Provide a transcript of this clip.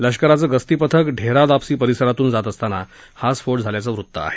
लष्कराचं गस्ती पथक ढेरा दाबसी परिसरातून जात असताना हा स्फो झाल्याचं वृत्त आहे